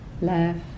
left